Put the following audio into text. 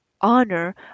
honor